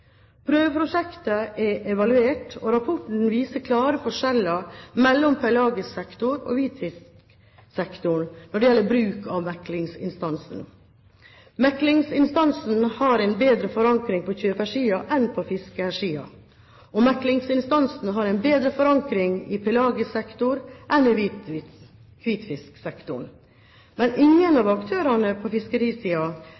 Prøveprosjektet er evaluert, og rapporten viser klare forskjeller mellom pelagisk sektor og hvitfisksektoren når det gjelder bruken av meklingsinstansen. Meklingsinstansen har en bedre forankring på kjøpersiden enn på fiskersiden, og meklingsinstansen har en bedre forankring i pelagisk sektor enn i hvitfisksektoren. Men ingen